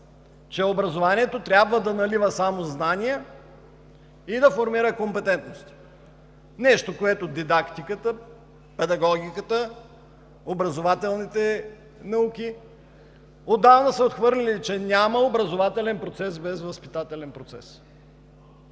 че образованието трябва да налива само знания и да формира компетентности. Нещо, което дидактиката, педагогиката, образователните науки отдавна са отхвърлили – че няма образователен процес без възпитателен процес.